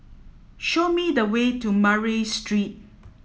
show me the way to Murray Street